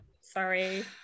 Sorry